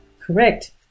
Correct